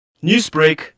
Newsbreak